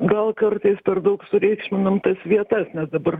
gal kartais per daug sureikšminam tas vietas nes dabar